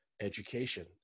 education